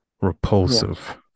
repulsive